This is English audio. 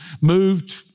moved